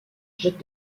jette